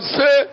say